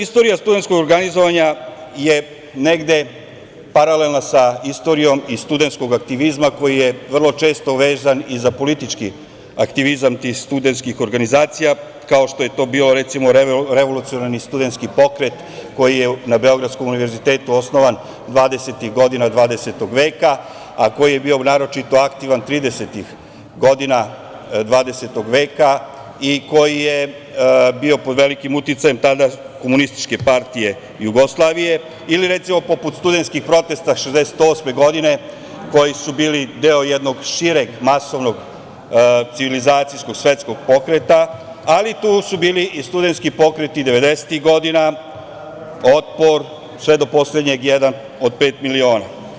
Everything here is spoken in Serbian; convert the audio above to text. Istorija studentskog organizovanja je negde paralelna sa istorijom i studentskog aktivizma, koji je vrlo često vezan i za politički aktivizam tih studentskih organizacija, kao što je to bio, recimo, Revolucionarni studentski pokret koji je na Beogradskom univerzitetu osnovan dvadesetih godina 20. veka, a koji je bio naročito aktivan tridesetih godina 20. veka i koji je bio pod velikim uticajem tada Komunističke partije Jugoslavije ili, recimo, poput studentskih protesta 1968. godine, koji su bili deo jednog šireg masovnog, civilizacijskog, svetskog pokreta, ali tu su bili i studentski pokreti devedesetih godina, „Otpor“, sve do poslednjeg „Jedan od pet miliona“